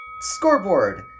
Scoreboard